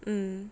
mm